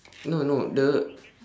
no no the